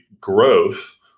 growth